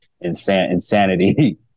insanity